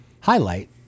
highlight